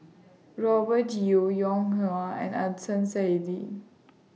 Robert Yeo Ong Ah Hoi and Saidi